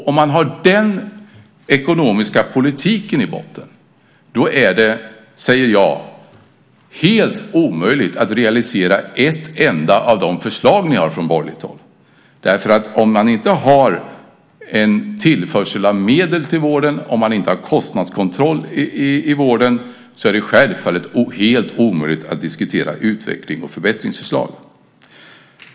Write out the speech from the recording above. Om man har den ekonomiska politiken i botten är det helt omöjligt att realisera ett enda av de förslag som ni har från borgerligt håll. Om man inte har en tillförsel av medel till vården, och om man inte har kostnadskontroll i vården, är det självfallet helt omöjligt att diskutera utveckling och förbättringsförslag.